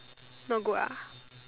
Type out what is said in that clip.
not good ah